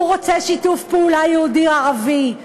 והוא רוצה שיתוף פעולה יהודי ערבי,